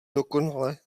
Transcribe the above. dokonale